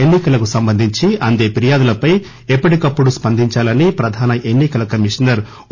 ఎన్సి కలకు సంబంధించి అందే ఫిర్యాదులపై ఎప్పటికప్పుడు స్పందించాలని ప్రధాన ఎన్ని కల కమిషనర్ ఒ